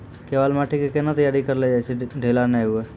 केवाल माटी के कैना तैयारी करिए जे ढेला नैय हुए?